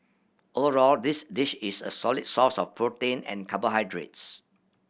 overall this dish is a solid source of protein and carbohydrates